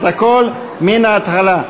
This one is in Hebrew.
על הכול מן ההתחלה.